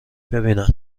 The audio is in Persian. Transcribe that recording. ببینن